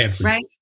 right